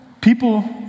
people